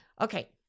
Okay